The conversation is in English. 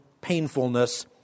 painfulness